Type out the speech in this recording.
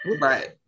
Right